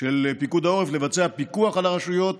של פיקוד העורף לבצע פיקוח על הרשויות